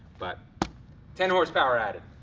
but ten horsepower added.